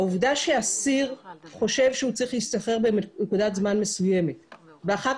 העובדה שאסיר חושב שהוא צריך להשתחרר בנקודת זמן מסוימת ואחר